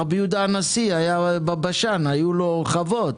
לרבי יהודה הנשיא בבשן היו לו חוות,